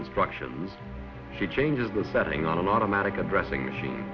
instructions she changes the setting on an automatic addressing machine